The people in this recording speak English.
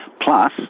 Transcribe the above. Plus